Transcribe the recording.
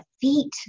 feet